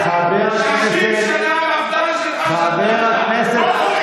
60 שנה המפד"ל שלך שלטה שם.